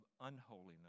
unholiness